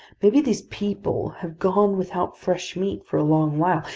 maybe these people have gone without fresh meat for a long while,